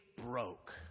broke